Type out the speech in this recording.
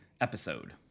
episode